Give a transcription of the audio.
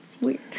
weird